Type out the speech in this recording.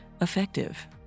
effective